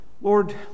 Lord